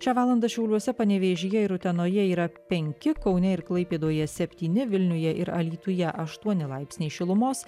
šią valandą šiauliuose panevėžyje ir utenoje yra penki kaune ir klaipėdoje septyni vilniuje ir alytuje aštuoni laipsniai šilumos